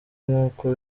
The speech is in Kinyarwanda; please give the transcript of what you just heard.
nk’uko